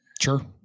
sure